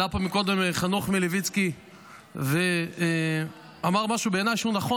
עלה לפה מקודם חנוך מלביצקי ואמר משהו שבעיניי הוא נכון,